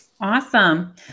Awesome